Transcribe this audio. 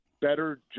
better